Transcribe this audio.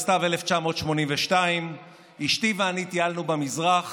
בסתיו 1989 אשתי ואני טיילנו במזרח